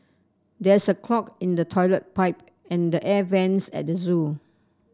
there is a clog in the toilet pipe and the air vents at the zoo